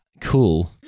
Cool